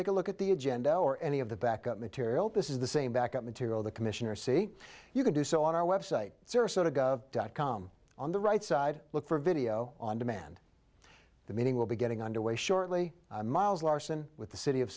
take a look at the agenda or any of the backup material this is the same backup material the commissioner see you can do so on our website sarasota gov dot com on the right side look for video on demand the meeting will be getting underway shortly miles larsen with the city of